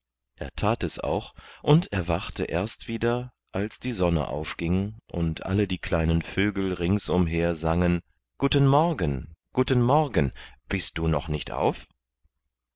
er that es auch und erwachte erst wieder als die sonne aufging und alle die kleinen vögel ringsumher sangen guten morgen guten morgen bist du noch nicht auf